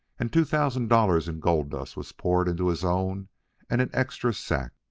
and two thousand dollars in gold-dust was poured into his own and an extra sack.